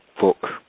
book